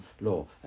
law